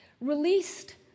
released